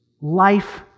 Life